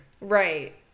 Right